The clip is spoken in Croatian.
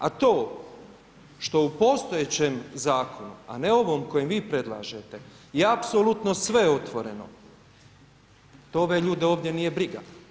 A to što u postojećem zakonu, a ne ovom u kojem vi predlažete je apsolutno sve otvoreno, to ove ljude ovdje nije briga.